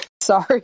Sorry